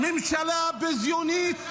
ממשלה ביזיונית,